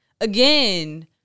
again